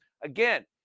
again